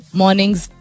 mornings